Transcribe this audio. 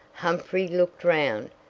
humphrey looked round,